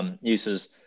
uses